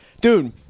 dude